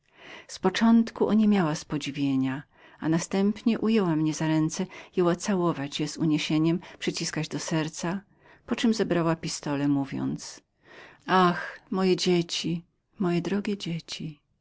z początku oniemiała z podziwienia następnie ujęła mnie za ręce jęła całować je z uniesieniem przyciskać do serca poczem zebrała pistole mówiąc ach moje dzieci moje drogie dzieci